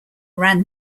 ran